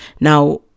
Now